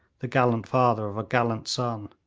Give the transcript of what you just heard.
the gallant father of a gallant son,